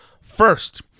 first